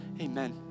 amen